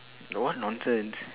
no what nonsense